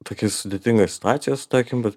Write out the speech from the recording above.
tokia sudėtinga situacijos tarkim bet